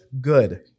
good